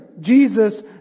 Jesus